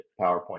PowerPoint